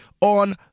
on